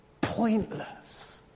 pointless